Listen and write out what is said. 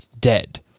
dead